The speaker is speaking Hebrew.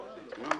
נו, רבותיי, מה?